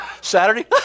Saturday